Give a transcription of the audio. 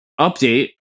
Update